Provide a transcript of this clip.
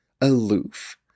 aloof